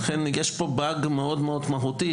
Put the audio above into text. לכן יש פה באג מאוד מהותי.